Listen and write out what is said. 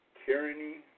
tyranny